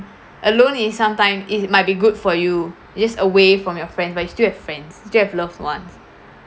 alone is sometime it might be good for you you just away from your friend but you still have friends still have loved ones